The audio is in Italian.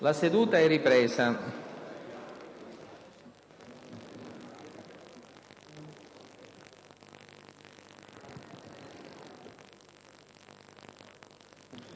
La seduta è ripresa.